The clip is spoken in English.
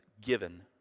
given